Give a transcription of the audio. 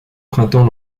printemps